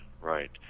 right